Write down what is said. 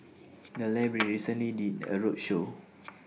The Library recently did A roadshow